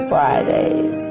Fridays